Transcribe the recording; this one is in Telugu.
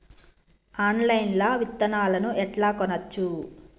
ఆన్లైన్ లా విత్తనాలను ఎట్లా కొనచ్చు?